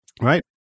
right